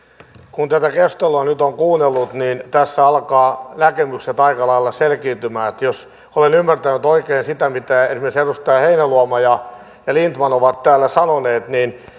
kun tätä keskustelua nyt on kuunnellut niin tässä alkavat näkemykset aika lailla selkiytymään jos jos olen ymmärtänyt oikein sen mitä esimerkiksi edustajat heinäluoma ja ja lindtman ovat täällä sanoneet niin